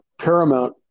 Paramount